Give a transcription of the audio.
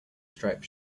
striped